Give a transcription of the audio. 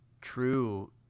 true